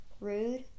rude